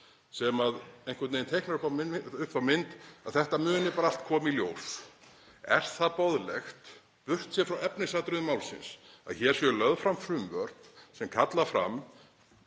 teiknar einhvern veginn upp þá mynd að þetta muni bara allt kom í ljós: Er það boðlegt, burt séð frá efnisatriðum málsins, að hér séu lögð fram frumvörp sem kalla fram